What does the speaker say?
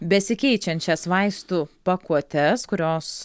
besikeičiančias vaistų pakuotes kurios